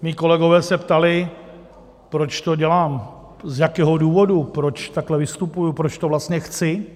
Mí kolegové se ptali, proč to dělám, z jakého důvodu, proč takhle vystupuji, proč to vlastně chci.